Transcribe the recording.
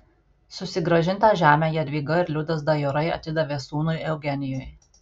susigrąžintą žemę jadvyga ir liudas dajorai atidavė sūnui eugenijui